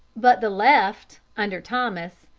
but the left, under thomas,